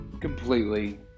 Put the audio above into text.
completely